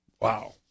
Wow